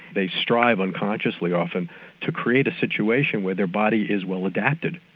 they strive unconsciously often to create a situation where their body is well adapted.